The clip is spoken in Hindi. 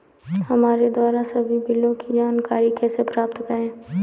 हमारे द्वारा सभी बिलों की जानकारी कैसे प्राप्त करें?